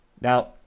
Now